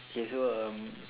okay so um